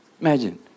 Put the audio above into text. Imagine